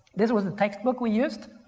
this was the textbook we used,